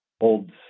old